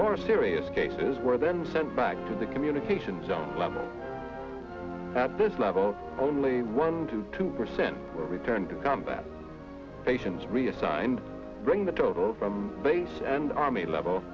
more serious cases were then sent back to the communication zone level at this level only one to two percent were returned to combat patients reassigned bringing the total from base and army level